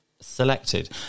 selected